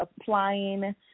applying